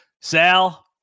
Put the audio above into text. Sal